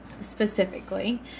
specifically